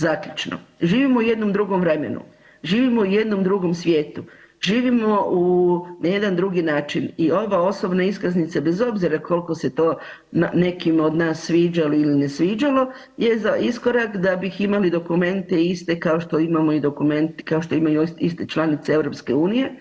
Zaključno, živimo u jednom drugom vremenu, živimo u jednom drugom svijetu, živimo u, na jedan drugi način i ova osobna iskaznica bez obzira kolko se to nekima od nas sviđalo ili ne sviđalo je za iskorak da bi imali dokumente iste kao što imamo i dokumente, kao što imaju iste i članice EU.